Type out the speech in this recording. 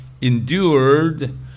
endured